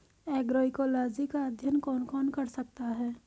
Agroecology का अध्ययन कौन कौन कर सकता है?